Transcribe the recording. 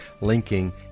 linking